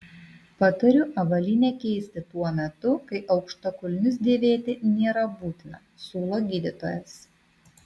patariu avalynę keisti tuo metu kai aukštakulnius dėvėti nėra būtina siūlo gydytojas